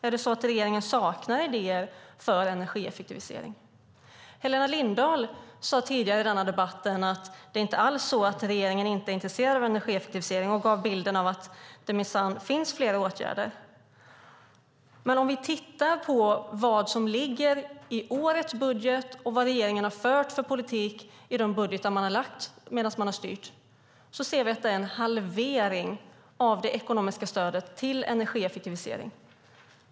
Är det så att regeringen saknar idéer för energieffektivisering? Helena Lindahl sade tidigare i denna debatt att det inte alls är så att regeringen inte är intresserad av energieffektivisering och gav bilden av att det minsann finns flera åtgärder. Men om vi tittar på vad som ligger i årets budget och vad regeringen har fört för politik i de budgetar man har lagt fram medan man har styrt ser vi att det är en halvering av det ekonomiska stödet till energieffektivisering.